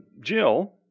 Jill